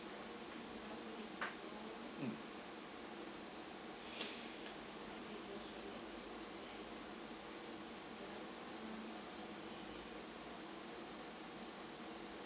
mm